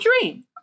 dream